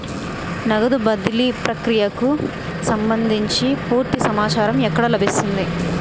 నగదు బదిలీ ప్రక్రియకు సంభందించి పూర్తి సమాచారం ఎక్కడ లభిస్తుంది?